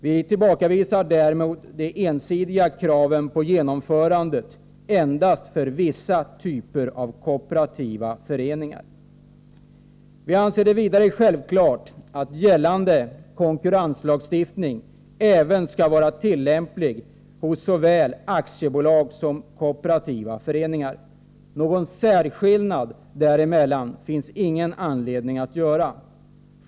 Vi tillbakavisar därmed de ensidiga kraven på genomförande endast för vissa typer av kooperativa föreningar. Vi anser det vidare vara självklart att gällande konkurrenslagstiftning även skall vara tillämplig på såväl aktiebolag som kooperativa föreningar. Någon särskillnad däremellan finns ingen anledning att göra.